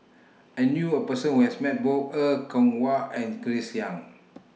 I knew A Person Who has Met Both Er Kwong Wah and Grace Young